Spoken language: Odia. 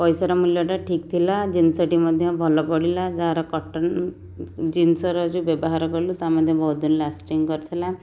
ପଇସାର ମୂଲ୍ୟଟା ଠିକ୍ ଥିଲା ଜିନିଷଟି ମଧ୍ୟ ଭଲ ପଡ଼ିଲା ଯାହାର କଟନ୍ ଜିନିଷର ଯେଉଁ ବ୍ୟବହାର କଲୁ ତା'ମଧ୍ୟ ବହୁତ ଦିନ ଲାଷ୍ଟିଙ୍ଗ କରିଥିଲା